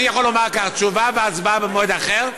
אני יכול לומר כך: תשובה והצבעה במועד אחר,